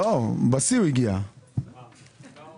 הישיבה ננעלה